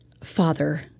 Father